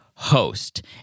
Host